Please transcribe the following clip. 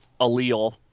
allele